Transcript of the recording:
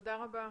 תודה רבה.